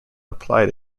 applied